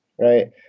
Right